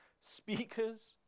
speakers